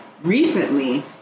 recently